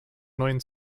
neuen